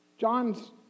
John's